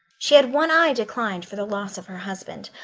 she had one eye declined for the loss of her husband,